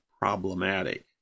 problematic